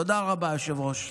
תודה רבה, היושב-ראש.